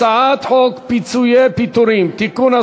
הצעת חוק פיצויי פיטורים (תיקון,